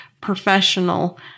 professional